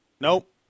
Nope